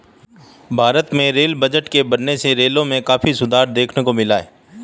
भारत में rail budget के बढ़ने से रेलों में काफी सुधार देखने को मिला है